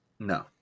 No